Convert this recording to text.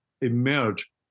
emerge